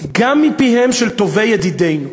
גם מפיהם של טובי ידידינו.